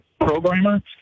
programmer